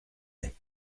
lait